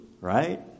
Right